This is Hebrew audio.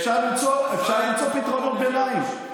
אפשר עוד למצוא, את החד-פעמי הזה,